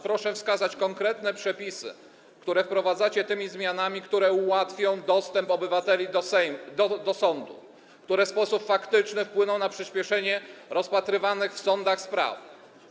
Proszę wskazać konkretne przepisy, które wprowadzacie tymi zmianami, które ułatwią dostęp obywateli do sądów, które w sposób faktyczny wpłyną na przyspieszenie rozpatrywanych w sądach spraw.